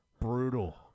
brutal